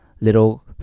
little